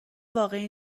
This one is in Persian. واقعی